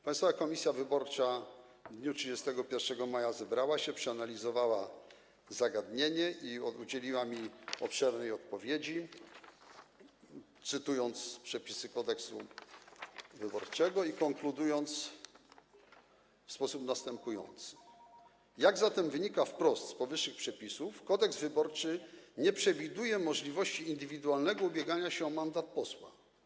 Państwowa Komisja Wyborcza w dniu 31 maja zebrała się, przeanalizowała zagadnienie i udzieliła mi obszernej odpowiedzi, cytując przepisy Kodeksu wyborczego i konkludując w sposób następujący: jak zatem wynika wprost z powyższych przepisów, Kodeks wyborczy nie przewiduje możliwości indywidualnego ubiegania się o mandat posła.